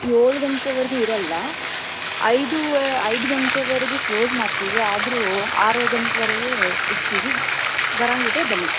ಏಳು ಗಂಟೆವರೆಗೂ ಇರಲ್ಲ ಐದು ಐದು ಗಂಟೆವರೆಗೂ ಕ್ಲೋಸ್ ಮಾಡ್ತೀವಿ ಆದರೂ ಆರು ಗಂಟೆವರೆಗೆ ಇರ್ತೀವಿ ಬರಂಗಿದ್ರೆ ಬನ್ನಿ